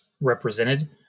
represented